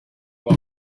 from